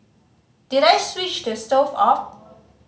did I switch the stove off